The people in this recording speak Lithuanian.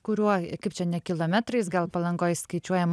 kuriuo kaip čia ne kilometrais gal palangoj skaičiuojam